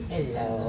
Hello